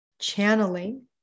channeling